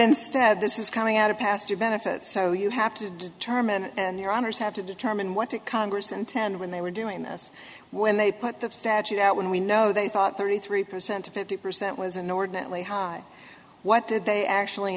instead this is coming out of past you benefit so you have to determine and your honour's have to determine what to congress and ten when they were doing this when they put the statute out when we know they thought thirty three percent to fifty percent was inordinately high what did they actually